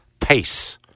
pace